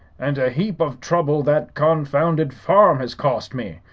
and a heap of throuble that confounded farm has cost me,